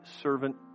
servant